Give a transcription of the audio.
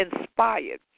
inspired